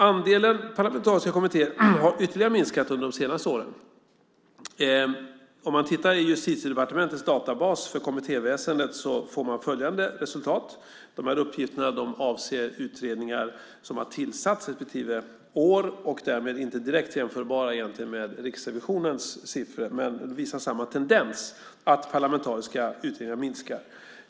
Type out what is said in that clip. Andelen parlamentariska kommittéer har minskat ytterligare under de senaste åren. Om man tittar i Justitiedepartementets databas för kommittéväsendet får man följande resultat. De här uppgifterna avser utredningar som har tillsatts respektive år, och därmed är de inte direkt jämförbara med Riksrevisionens siffror, men de visar samma tendens, nämligen att antalet parlamentariska utredningar minskar.